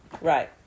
Right